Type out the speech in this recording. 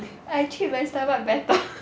I treat my stomach better